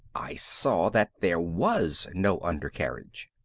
i saw that there was no undercarriage.